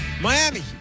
miami